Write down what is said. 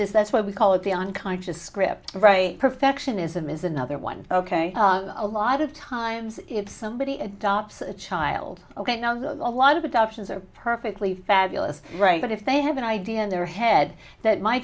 that's what we call it the unconscious script right perfectionism is another one ok a lot of times it's somebody adopts a child ok now has a lot of adoptions are perfectly fabulous right but if they have an idea in their head that my